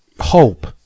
hope